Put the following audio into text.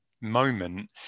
moment